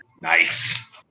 Nice